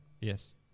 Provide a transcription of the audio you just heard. Yes